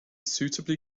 suitably